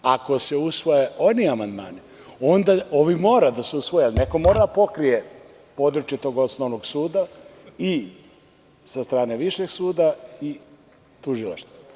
Ako se usvoje oni amandmani, onda ovi moraju da se usvoje, jer neko mora da pokrije područje tog osnovnog suda i sa strane višeg suda i tužilaštva.